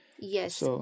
Yes